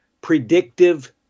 predictive